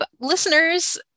listeners-